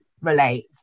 relate